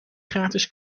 gratis